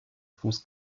fuß